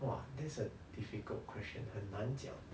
!wah! that's a difficult question 很难讲